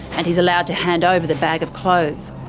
and he's allowed to hand over the bag of clothes.